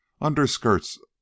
underskirts